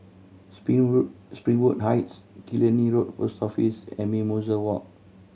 Springwood Springwood Heights Killiney Road Post Office and Mimosa Walk